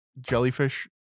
jellyfish